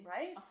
Right